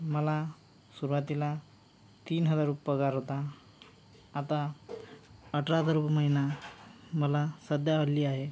मला सुरुवातीला तीन हजार रुपये पगार होता आता अठरा हजार रुपये महिना मला सध्या हल्ली आहे